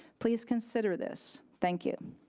please consider this. thank you.